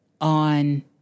on